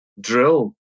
Drill